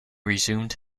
resumed